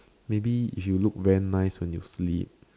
maybe if you look very nice when sleep